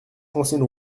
ancienne